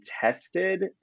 tested